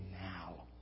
now